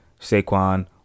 Saquon